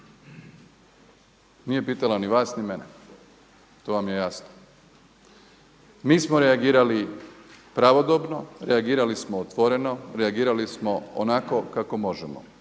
Nije pitala ni vas ni mene, to vam je jasno. Mi smo reagirali pravodobno, reagirali smo otvoreno, reagirali smo onako kako možemo